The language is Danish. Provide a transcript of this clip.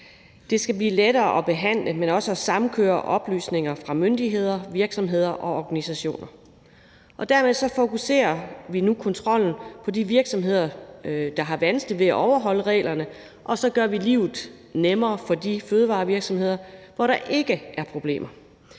Det skal blive lettere at behandle, men også samkøre oplysninger fra myndigheder, virksomheder og organisationer. Dermed fokuserer vi nu kontrollen på de virksomheder, der har vanskeligt ved at overholde reglerne, og så gør vi livet nemmere for de fødevarevirksomheder, hvor der ikke er problemer.